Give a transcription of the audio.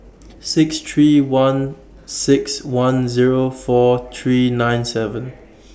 six three one six one Zero four three nine seven